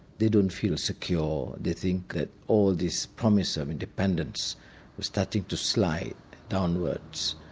they don't feel secure, they think that all this promise of independence was starting to slide downwards,